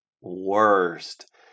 worst